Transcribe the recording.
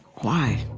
why?